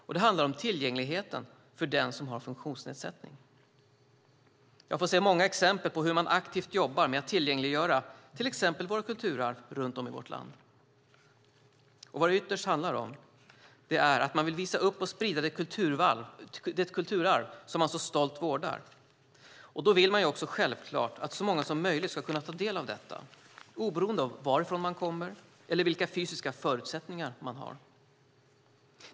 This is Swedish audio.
Och det handlar om tillgängligheten för den som har funktionsnedsättning. Jag får se många exempel på hur man aktivt jobbar med att tillgängliggöra till exempel våra kulturarv runt om i vårt land. Vad det ytterst handlar om är att man vill visa upp och sprida det kulturarv som man så stolt vårdar. Och då vill man också självfallet att så många som möjligt ska kunna ta del av detta, oberoende av varifrån de kommer eller vilka fysiska förutsättningar de har.